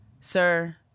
Sir